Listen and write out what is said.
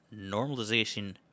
normalization